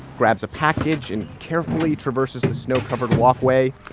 grabs a package and carefully traverses the snow-covered walkway.